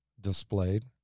displayed